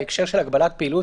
בהקשר של הגבלת פעילות,